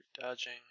dodging